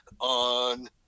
on